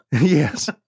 yes